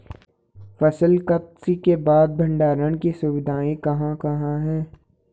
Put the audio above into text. फसल कत्सी के बाद भंडारण की सुविधाएं कहाँ कहाँ हैं?